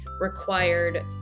required